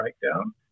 breakdown